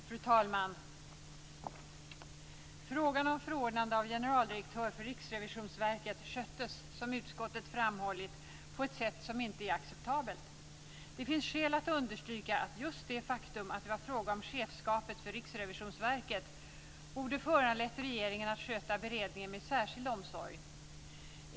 Fru talman! Frågan om förordnande av generaldirektör för Riksrevisionsverket sköttes som utskottet framhållit på ett sätt som inte är acceptabelt. Det finns skäl att understryka att just det faktum att det var fråga om chefskapet för Riksrevisionsverket borde ha föranlett regeringen att sköta beredningen med särskild omsorg.